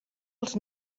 als